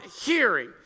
hearing